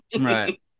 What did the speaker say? right